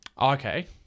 Okay